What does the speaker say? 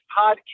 podcast